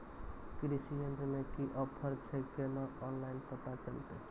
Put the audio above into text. कृषि यंत्र मे की ऑफर छै केना ऑनलाइन पता चलतै?